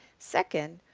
second,